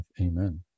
Amen